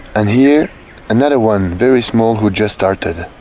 and here another one very small who just started